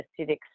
acidic